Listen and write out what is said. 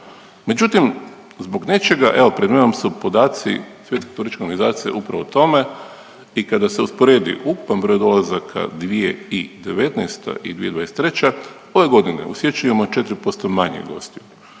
međutim zbog nečega, evo pred menom su podaci Svjetske turističke organizacije upravo o tome, i kada se usporedi ukupan broj dolazaka 2019. i 2023., ove godine u siječnju imamo 4% manje gostiju,